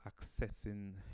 accessing